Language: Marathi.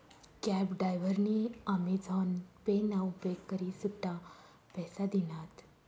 कॅब डायव्हरनी आमेझान पे ना उपेग करी सुट्टा पैसा दिनात